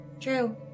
True